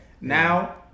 Now